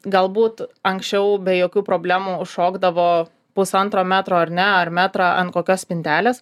galbūt anksčiau be jokių problemų šokdavo pusantro metro ar ne ar metrą ant kokios spintelės